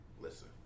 listen